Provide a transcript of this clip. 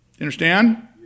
understand